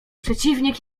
przeciwnik